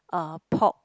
uh pork